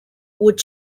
would